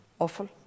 awful